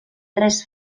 tres